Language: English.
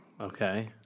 Okay